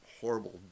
horrible